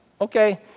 Okay